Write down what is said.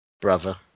brother